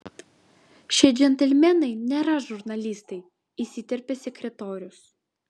šie džentelmenai nėra žurnalistai įsiterpė sekretorius